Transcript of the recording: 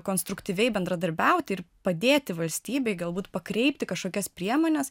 konstruktyviai bendradarbiauti ir padėti valstybei galbūt pakreipti kažkokias priemones